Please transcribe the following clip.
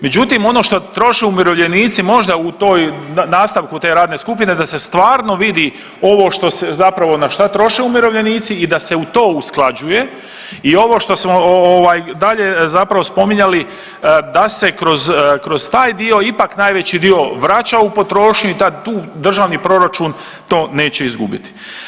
Međutim, ono što troše umirovljenici, možda u toj, nastavku te radne skupine, da se stvarno vidi ovo što se zapravo, na šta troše umirovljenici i da se u to usklađuje i ovo što smo ovaj dalje zapravo spominjali, da se kroz taj dio ipak najveći dio vraća u potrošnju i tu državni proračun to neće izgubiti.